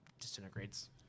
disintegrates